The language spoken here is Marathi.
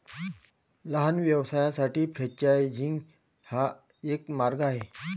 लहान व्यवसायांसाठी फ्रेंचायझिंग हा एक मार्ग आहे